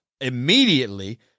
immediately